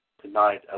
tonight